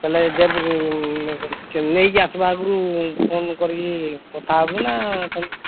ହେଲେ ଯେବେ ନେଇକି ଆସିବା ଆଗରୁ ଫୋନ୍ କରିକି କଥା ହେବୁ ନା କ'ଣ